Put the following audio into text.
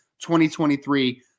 2023